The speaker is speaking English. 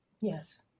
Yes